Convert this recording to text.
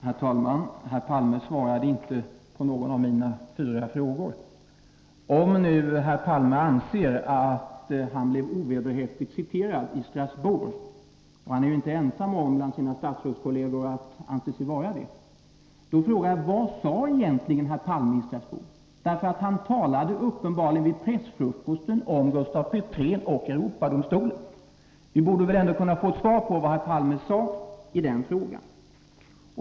Herr talman! Herr Palme svarade inte på någon av mina fyra frågor. Om nu herr Palme anser att han blev ovederhäftigt citerad i Strasbourg — och han är inte ensam bland sina statsrådskolleger om att anse sig vara det — så frågar jag: Vad sade herr Palme egentligen i Strasbourg? Han talade vid pressfrukosten uppenbarligen om Gustaf Petrén och Europadomstolen. Vi borde väl ändå kunna få ett svar på vad herr Palme sade i den frågan.